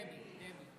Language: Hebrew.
דבי.